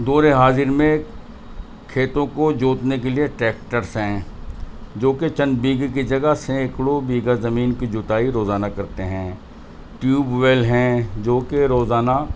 دورے حاضر میں کھیتوں کو جوتنے کے لیے ٹریکٹرس ہیں جو کہ چند بیگھے کی جگہ سینکڑوں بیگھہ زمین کی جوتائی روزانہ کرتے ہیں ٹیوب ویل ہیں جو کہ روزانہ